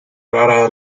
rara